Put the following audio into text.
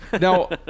Now